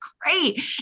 Great